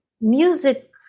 music